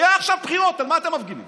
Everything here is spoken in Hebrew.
היו עכשיו בחירות, על מה אתם מפגינים?